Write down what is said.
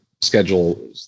schedule